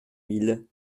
mille